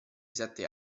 sette